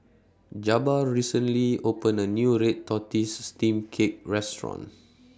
Jabbar recently opened A New Red Tortoise Steamed Cake Restaurant